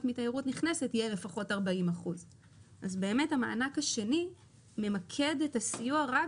מתיירות נכנסת יהיה לפחות 40%. המענק השני ממקד את הסיוע רק